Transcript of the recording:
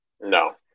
No